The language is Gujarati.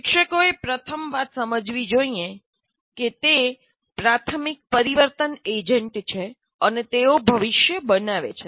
શિક્ષકોએ પ્રથમ વાત સમજવી જોઈએ કે તે પ્રાથમિક પરિવર્તન એજન્ટ છે અને તેઓ ભવિષ્ય બનાવે છે